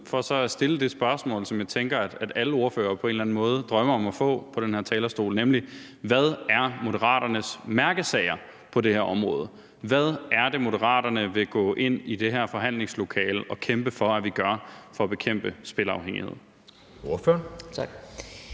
for så at stille det spørgsmål, som jeg tænker at alle ordførere på en eller anden måde drømmer om at få på den her talerstol, nemlig: Hvad er Moderaternes mærkesager på det her område? Hvad er det, Moderaterne vil gå ind i det her forhandlingslokale og kæmpe for, at vi gør for at bekæmpe spilafhængighed?